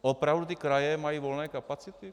Opravdu ty kraje mají volné kapacity?